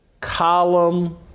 column